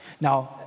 now